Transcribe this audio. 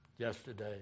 Yesterday